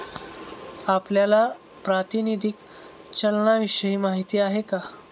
आपल्याला प्रातिनिधिक चलनाविषयी माहिती आहे का?